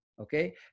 Okay